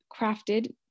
crafted